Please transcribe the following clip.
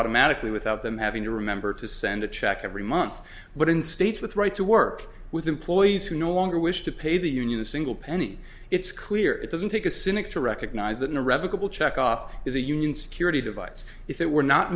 automatically without them having to remember to send a check every month but in states with right to work with employees who no longer wish to pay the union a single penny it's clear it doesn't take a cynic to recognize that an irrevocable check off is a union security device if it were not